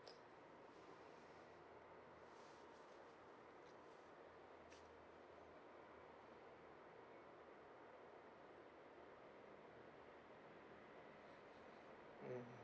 mm